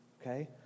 okay